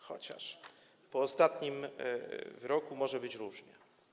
Chociaż po ostatnim wyroku może być różnie.